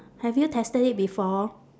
have you tasted it before